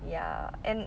ya and